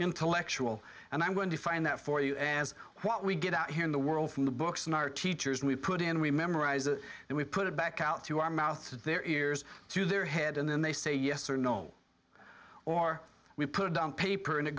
intellectual and i'm going to find that for you as what we get out here in the world from the books in our teachers we put in we memorize it we put it back out to our mouth to their ears to their head and then they say yes or no or we put down paper and it